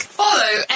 follow